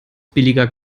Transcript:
billiger